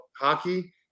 hockey